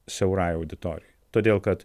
siaurai auditorijai todėl kad